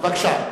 בבקשה.